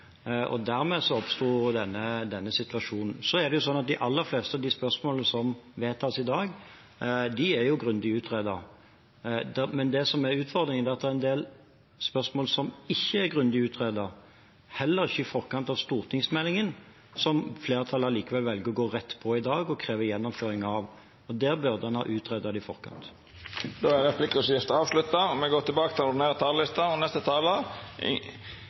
og dermed oppsto denne situasjonen. De aller fleste av de spørsmålene som vedtas i dag, er grundig utredet. Men det som er utfordringen, er at det er en del spørsmål som ikke er grundig utredet, heller ikke i forkant av stortingsmeldingen, som flertallet allikevel velger å gå rett på i dag, og krever gjennomføring av. Der burde en ha utredet det i forkant. Replikkordskiftet er avslutta. Bioteknologiloven regulerer veldig viktige forhold for biomedisinsk forskning og utvikling, med en enorm betydning for mange mennesker. En god lovgivning på dette feltet skal balansere viktige etiske hensyn og